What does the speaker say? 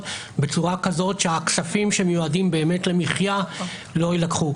בצורה כזאת שהכספים שמיועדים למחיה לא יילקחו.